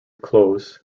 close